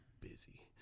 busy